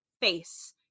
face